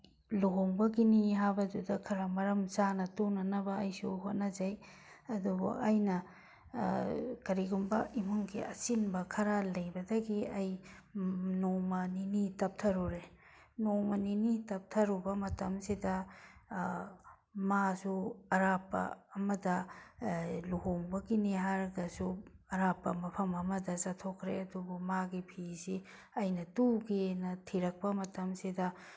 ꯂꯨꯍꯣꯡꯕꯒꯤꯅꯤ ꯍꯥꯏꯕꯗꯨꯗ ꯈꯔ ꯃꯔꯝ ꯆꯥꯅ ꯇꯨꯅꯅꯕ ꯑꯩꯁꯨ ꯍꯣꯠꯅꯖꯩ ꯑꯗꯨꯕꯨ ꯑꯩꯅ ꯀꯔꯤꯒꯨꯝꯕ ꯏꯃꯨꯡꯒꯤ ꯑꯆꯤꯟꯕ ꯈꯔ ꯂꯩꯕꯗꯒꯤ ꯑꯩ ꯅꯣꯡꯃ ꯅꯤꯅꯤ ꯇꯞꯊꯔꯨꯔꯦ ꯅꯣꯡꯃ ꯅꯤꯅꯤ ꯇꯞꯊꯔꯨꯕ ꯃꯇꯝꯁꯤꯗ ꯃꯥꯁꯨ ꯑꯔꯥꯞꯄ ꯑꯃꯗ ꯂꯨꯍꯣꯡꯕꯒꯤꯅꯦ ꯍꯥꯏꯔꯒꯁꯨ ꯑꯔꯥꯞꯄ ꯃꯐꯝ ꯑꯃꯗ ꯆꯠꯊꯣꯛꯈ꯭ꯔꯦ ꯑꯗꯨꯕꯨ ꯃꯥꯒꯤ ꯐꯤꯁꯤ ꯑꯩꯅ ꯇꯨꯒꯦꯅ ꯊꯤꯔꯛꯄ ꯃꯇꯝꯁꯤꯗ